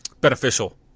beneficial